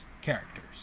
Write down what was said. characters